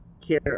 care